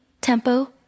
tempo